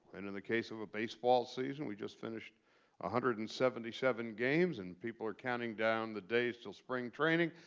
and in the case of a baseball season, we just finished one ah hundred and seventy seven games. and people are counting down the days until spring training.